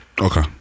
Okay